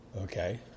Okay